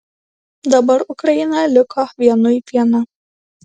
dabar ukraina liko vienui viena